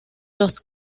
los